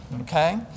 Okay